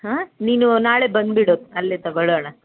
ಹಾಂ ನೀನು ನಾಳೆ ಬಂದ್ಬಿಡು ಅಲ್ಲೇ ತೊಗೊಳೋಣ